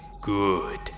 Good